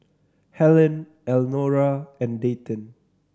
Hellen Elnora and Dayton